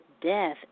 death